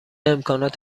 امکانات